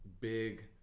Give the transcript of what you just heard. big